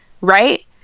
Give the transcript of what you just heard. right